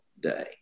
day